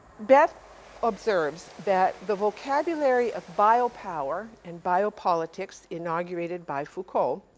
beth observes that the vocabulary of biopower and biopolitics inaugurated by foucault,